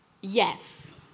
Yes